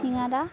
সিঙাড়া